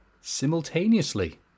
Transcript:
simultaneously